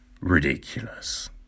ridiculous